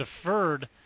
deferred